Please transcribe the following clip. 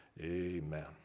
Amen